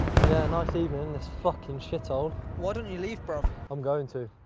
yeah, a nice evening in this fucking shithole. why don't you leave, bruv? i'm going to.